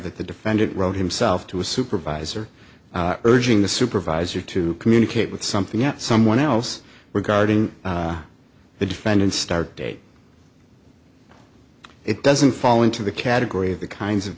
that the defendant wrote himself to a supervisor urging the supervisor to communicate with something that someone else regarding the defendant start date it doesn't fall into the category of the kinds of